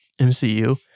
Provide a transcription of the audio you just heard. MCU